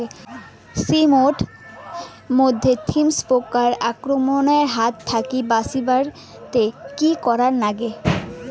শিম এট মধ্যে থ্রিপ্স পোকার আক্রমণের হাত থাকি বাঁচাইতে কি করা লাগে?